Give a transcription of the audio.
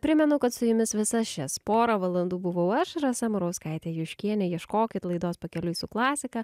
primenu kad su jumis visas šias porą valandų buvau aš rasa murauskaitė juškienė ieškokit laidos pakeliui su klasika